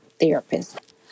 therapist